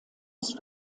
ist